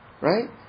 Right